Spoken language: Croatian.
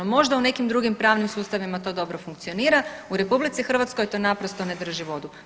Možda u nekim drugim pravnim sustavima to dobro funkcionira, u RH to naprosto ne drži vodu.